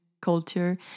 culture